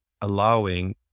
allowing